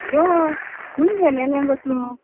हेलोव हुंय गेलेले गो तूं